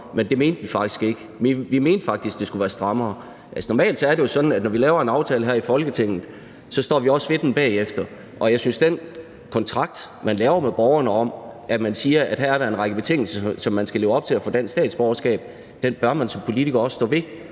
men det mente vi faktisk ikke; vi mente faktisk, at det skulle være strammere. Normalt er det jo sådan, at når vi laver en aftale her i Folketinget, står vi også ved den bagefter. Jeg synes, at den kontrakt, man laver med borgerne, og som siger, at her er der en række betingelser, som borgerne skal leve op til for at få dansk statsborgerskab, bør man som politiker også stå ved.